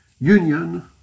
Union